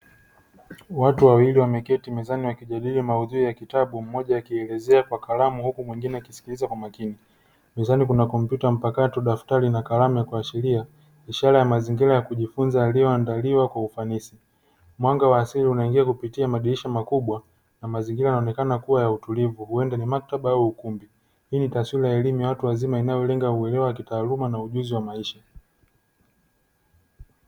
Watu wawili wameketi mezani wakijadili maudhui ya kitabu mmoja akielezea kwa kalamu huku mwingine akisikiliza kwa makini. Mezani kuna kompyuta mpakato, daftari na kalamu ya kuashiria ishara ya mazingira ya kujifunza yaliyoandaliwa kwa ufanisi. Mwanga wa asili unaingia kupitia madirisha makubwa na mazingira yanaonekana kuwa ya utulivu huenda ni maktaba au ukumbi. Hii ni taswira ya elimu ya watu wazima inayolenga uelewa wa kitaaluma na ujuzi wa maisha.